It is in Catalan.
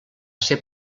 ser